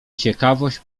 ciekawość